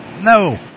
No